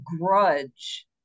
grudge